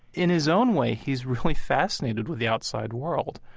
in his own way, he's really fascinated with the outside world.